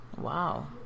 Wow